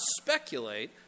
speculate